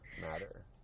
matter